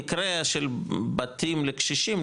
וזה במקרה של בתים לקשישים,